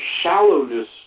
shallowness